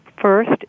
First